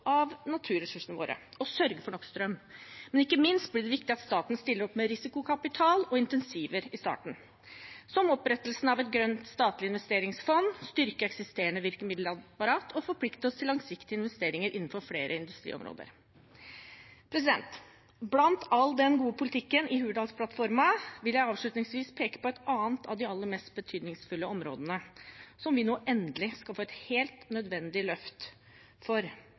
og sørge for nok strøm. Men ikke minst blir det viktig at staten stiller opp med risikokapital og insentiver i starten – som å opprette et grønt statlig investeringsfond, styrke eksisterende virkemiddelapparat og forplikte oss til langsiktige investeringer innenfor flere industriområder. Blant all den gode politikken i Hurdalsplattformen vil jeg avslutningsvis peke på et annet av de aller mest betydningsfulle områdene som vi nå endelig skal få et helt nødvendig løft for, nemlig psykisk helsevern. Fram til 2009 hadde vi en opptrappingsplan for